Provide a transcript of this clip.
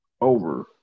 over